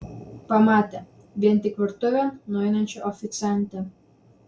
pamatė vien tik virtuvėn nueinančią oficiantę